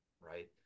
right